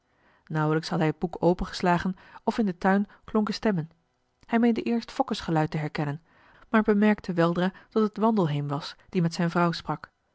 nauwelijks had hij het boek opengeslagen of in den tuin klonken stemmen hij meende eerst fokke's geluid te herkennen maar bemerkte weldra dat het wanmarcellus emants een drietal novellen delheem was die met zijn vrouw sprak